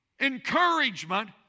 Encouragement